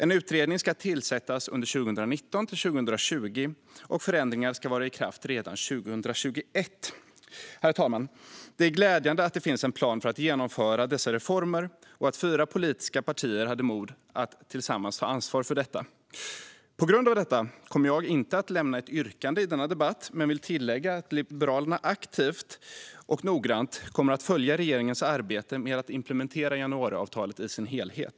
En utredning ska tillsättas under 2019-2020, och förändringar ska vara i kraft redan 2021. Herr talman! Det är glädjande att det finns en plan för att genomföra dessa reformer och att fyra politiska partier hade mod att tillsammans ta ansvar för detta. På grund av det kommer jag inte att lämna ett yrkande i denna debatt, men jag vill tillägga att Liberalerna aktivt och noggrant kommer att följa regeringens arbete med att implementera januariavtalet i dess helhet.